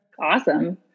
Awesome